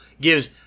gives